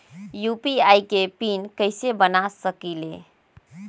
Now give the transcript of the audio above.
UPI के pin कैसे बना सकीले?